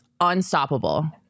unstoppable